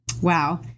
Wow